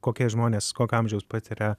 kokie žmonės kokio amžiaus patiria